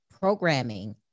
programming